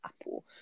apple